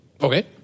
Okay